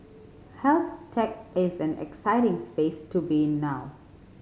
health tech is an exciting space to be in now